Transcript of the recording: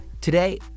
Today